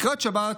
לקראת שבת